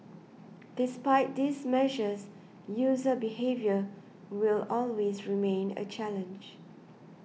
despite these measures user behaviour will always remain a challenge